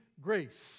grace